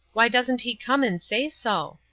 why doesn't he come and say so?